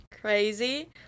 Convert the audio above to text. crazy